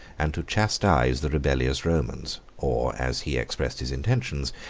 and to chastise the rebellions romans or, as he expressed his intentions,